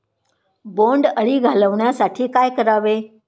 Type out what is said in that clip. बोंडअळी घालवण्यासाठी काय करावे?